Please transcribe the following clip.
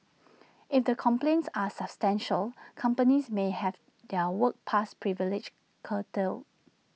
if the complaints are substantiated companies may have their work pass privileges curtailed